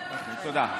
תודה,